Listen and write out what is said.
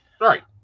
Right